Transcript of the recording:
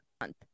Month